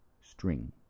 string